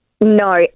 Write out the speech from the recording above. No